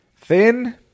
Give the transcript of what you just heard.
thin